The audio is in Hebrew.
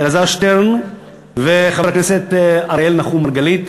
אלעזר שטרן ואראל נחום מרגלית,